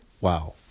Wow